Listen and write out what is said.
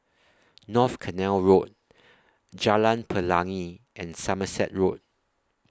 North Canal Road Jalan Pelangi and Somerset Road